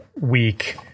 week